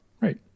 Right